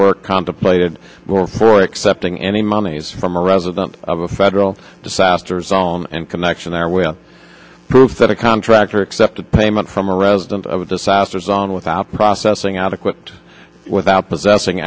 work contemplated or for accepting any monies from a resident of a federal disaster zone and connection there will prove that a contractor accepted payment from a resident of a disaster zone without processing out equipped without possessing